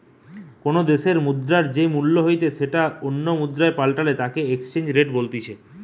কোনো দ্যাশের মুদ্রার যেই মূল্য হইতে সেটো অন্য মুদ্রায় পাল্টালে তাকে এক্সচেঞ্জ রেট বলতিছে